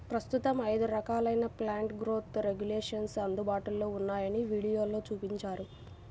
ప్రస్తుతం ఐదు రకాలైన ప్లాంట్ గ్రోత్ రెగ్యులేషన్స్ అందుబాటులో ఉన్నాయని వీడియోలో చూపించారు